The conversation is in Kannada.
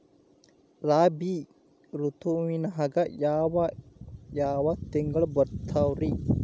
ರಾಬಿ ಋತುವಿನಾಗ ಯಾವ್ ಯಾವ್ ತಿಂಗಳು ಬರ್ತಾವ್ ರೇ?